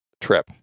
trip